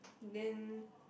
then